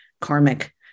karmic